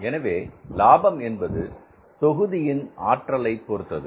எனவே லாபம் என்பது தொகுதியின் ஆற்றலைப் பொறுத்தது